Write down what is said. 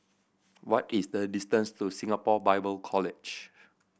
what is the distance to Singapore Bible College